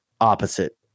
opposite